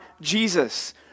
Jesus